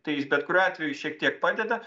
tai jis bet kuriuo atveju šiek tiek padeda